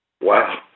Wow